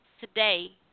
today